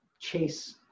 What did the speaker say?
chase